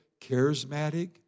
charismatic